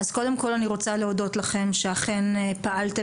אז קודם כל אני רוצה להודות לכם שאכן פעלתם